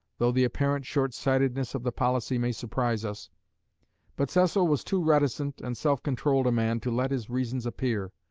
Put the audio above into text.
though the apparent short-sightedness of the policy may surprise us but cecil was too reticent and self-controlled a man to let his reasons appear,